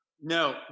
No